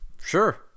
sure